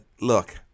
look